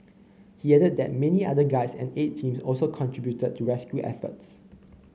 he added that many other guides and aid teams also contributed to rescue efforts